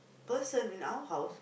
person in our house